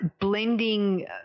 blending